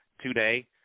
today